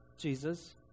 Jesus